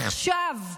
עכשיו,